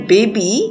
Baby